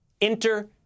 Enter